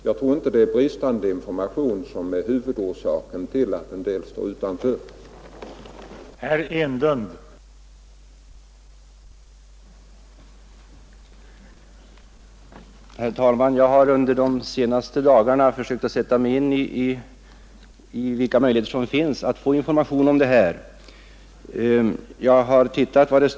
Jag tror inte att det är bristande information som är huvudorsaken till att en del står utanför arbetslöshetsförsäkringen.